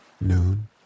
noon